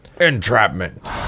Entrapment